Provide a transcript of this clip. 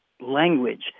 language